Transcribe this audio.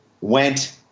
went